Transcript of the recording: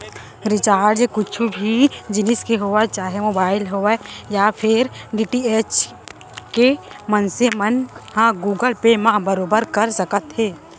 recharge कुछु भी जिनिस के होवय चाहे मोबाइल होवय या फेर डी.टी.एच के मनसे मन ह गुगल पे म बरोबर कर सकत हे